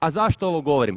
A zašto ovo govorim?